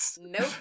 nope